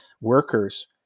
workers